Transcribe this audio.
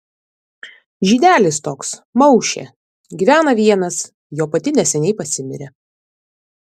žydelis toks maušė gyvena vienas jo pati neseniai pasimirė